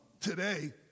today